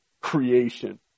creation